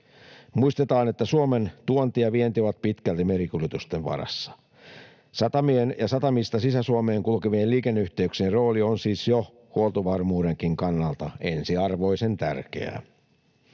Muistetaan, että Suomen tuonti ja vienti ovat pitkälti merikuljetusten varassa. Satamien ja satamista Sisä-Suomeen kulkevien liikenneyhteyksien rooli on siis jo huoltovarmuudenkin kannalta ensiarvoisen tärkeää.